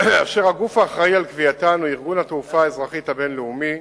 אשר הגוף האחראי לקביעתן הוא ארגון התעופה האזרחית הבין-לאומי.